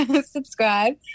subscribe